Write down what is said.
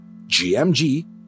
GMG